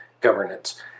governance